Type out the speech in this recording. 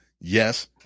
yes